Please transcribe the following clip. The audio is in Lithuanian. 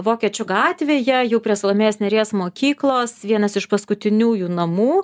vokiečių gatvėje jau prie salomėjos nėries mokyklos vienas iš paskutiniųjų namų